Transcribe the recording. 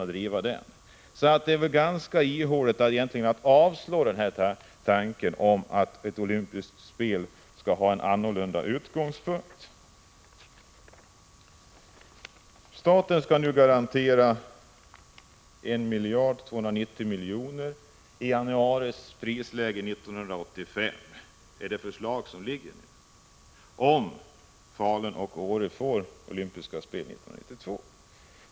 Det är egentligen ganska ihåligt att avslå tanken om att olympiska spel skall ha en annan utgångspunkt. Staten skall garantera 1 290 milj.kr. i prisläge januari 1985 enligt det förslag som föreligger, om Falun och Åre får olympiska spel 1992.